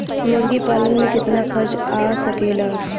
मुर्गी पालन में कितना खर्च आ सकेला?